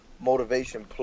motivation